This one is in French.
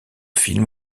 film